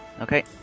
Okay